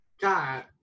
God